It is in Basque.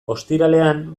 ostiralean